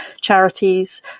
charities